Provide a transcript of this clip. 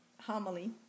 homily